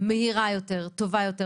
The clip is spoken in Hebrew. מהירה יותר וטובה יותר?